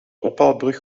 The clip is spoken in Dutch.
ophaalbrug